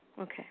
Okay